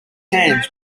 hands